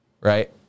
right